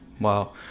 Wow